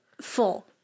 full